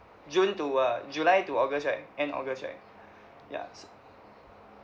june to uh july to august righ end august right ya so